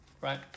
right